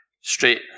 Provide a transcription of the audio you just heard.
straight